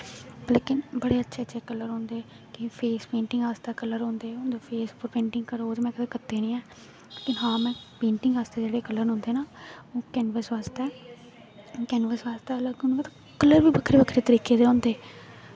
लेकिन बड़े अच्छे अच्छे कल्लर होंदे केईं फेस पेंटिंग आस्तै कल्लर होंदे पेंटिंग करो ओह्दी में कीती निं ऐ हां पेंटिंग आस्ते जेह्के कल्लर होंदे ओह् कैनवस बास्तै कैनवस बास्तै कल्लर बी बक्खरे बक्खरे तरीके दे होंदे